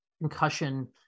concussion